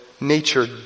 nature